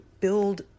build